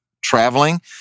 traveling